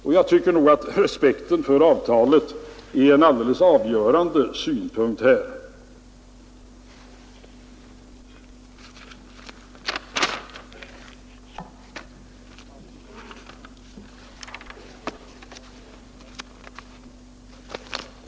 Härvidlag är respekten för avtalet en alldeles avgörande omständighet.